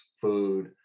food